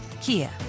Kia